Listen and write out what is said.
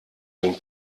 den